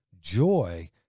Joy